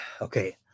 Okay